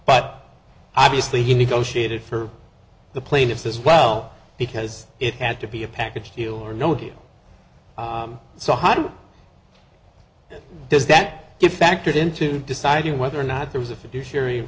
but obviously you negotiate it for the plaintiffs as well because it had to be a package deal or no deal so how does that get factored into deciding whether or not there was a